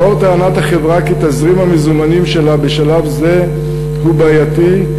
לאור טענת החברה כי תזרים המזומנים שלה בשלב זה הוא בעייתי,